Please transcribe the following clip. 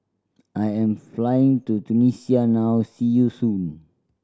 I am flying to Tunisia now see you soon